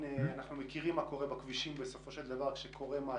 יודעים מה קורה בכבישים כשקורה משהו.